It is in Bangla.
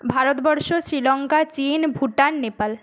ভারতবর্ষ শ্রীলঙ্কা চীন ভুটান নেপাল